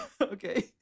Okay